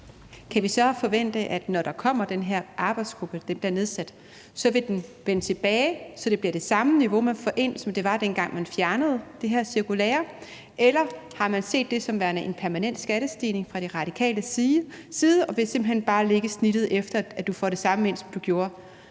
arbejdsgruppe, altså når den bliver nedsat, vil den vende tilbage med, at det bliver det samme niveau, man får ind, som det var, dengang man fjernede det her cirkulære, eller har man set det som værende en permanent skattestigning fra De Radikales side ved simpelt hen bare at lægge snittet efter, at man får det samme ind, som man gjorde?